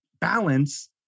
balance